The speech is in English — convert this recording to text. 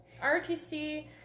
RTC